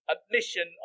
Admission